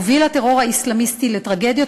מוביל הטרור האסלאמיסטי לטרגדיות